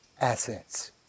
assets